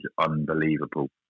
unbelievable